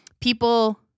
people